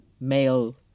male